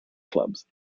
clubs